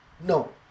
No